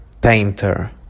painter